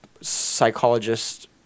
psychologist